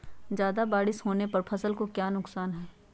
ज्यादा बारिस होने पर फसल का क्या नुकसान है?